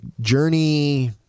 Journey